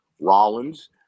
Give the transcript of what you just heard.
Rollins